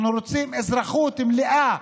אנחנו רוצים אזרחות מלאה,